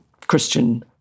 Christian